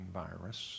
virus